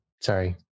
Sorry